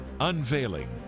Unveiling